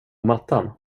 mattan